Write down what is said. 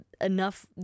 enough